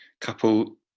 Couple